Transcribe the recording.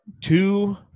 two